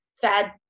fad